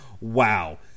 wow